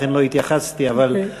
לכן לא התייחסתי, אוקיי.